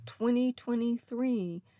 2023